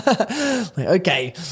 Okay